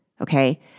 Okay